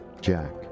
jack